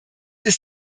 ist